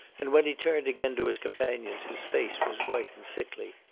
and when he turned again to his companions his face was white and sickly.